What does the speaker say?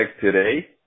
today